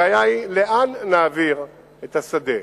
הבעיה היא לאן נעביר את השדה.